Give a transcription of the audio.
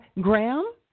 Graham